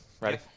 Ready